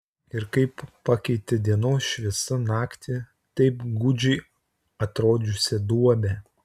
ir kaip pakeitė dienos šviesa naktį taip gūdžiai atrodžiusią duobę